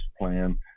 plan